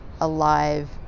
alive